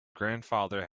grandfather